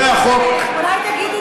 אולי תגיד את זה,